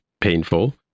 painful